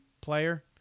player